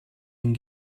and